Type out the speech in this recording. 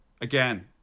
Again